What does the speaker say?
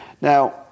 Now